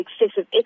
excessive